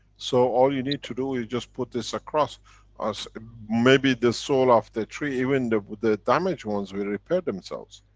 so all you need to do is just put this across as maybe the soul of the tree. even the the damaged ones will repair themselves.